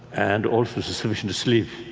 and also sufficient sleep